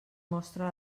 mostra